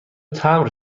تمبر